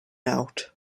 out